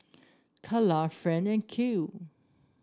Calla Friend and Kale